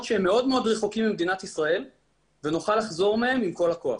שהם מאוד מאוד רחוקים ממדינת ישראל ונוכל לחזור מהם עם כל הכוח.